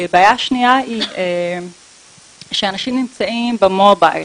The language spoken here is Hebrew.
בעיה שנייה היא שאנשים נמצאים במובייל